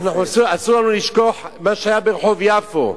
אנחנו אסור לנו לשכוח מה שהיה ברחוב יפו פעמיים.